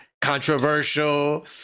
controversial